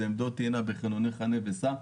העמדות תהיינה בחניוני חנה וסע.